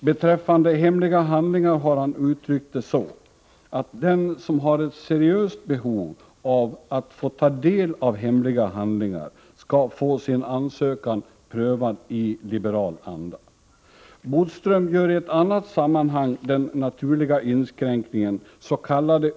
Beträffande hemliga handlingar har han uttryckt det så ”att den som har ett seriöst behov av att få ta del av hemliga handlingar skall få sin ansökan prövad i liberal anda.” Bodström gör i ett annat sammanhang den naturliga inskränkningen: ”S.k.